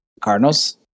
Cardinals